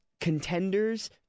contenders